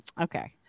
Okay